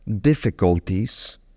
difficulties